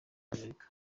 amerika